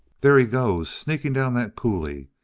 there he goes, sneaking down that coulee!